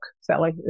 Sally